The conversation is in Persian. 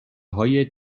های